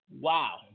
Wow